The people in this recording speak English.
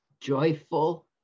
joyful